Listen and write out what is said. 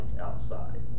outside